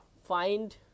Find